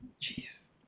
Jeez